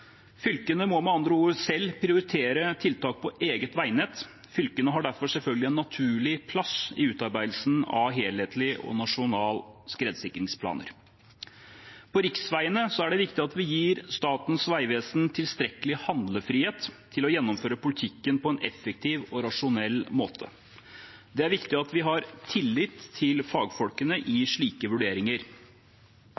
Fylkene må med andre ord selv prioritere tiltak på eget veinett. Fylkene har derfor selvfølgelig en naturlig plass i utarbeidelsen av helhetlige og nasjonale skredsikringsplaner. På riksveiene er det viktig at vi gir Statens vegvesen tilstrekkelig handlefrihet til å gjennomføre politikken på en effektiv og rasjonell måte. Det er viktig at vi har tillit til fagfolkene i